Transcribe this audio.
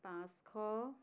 পাঁচশ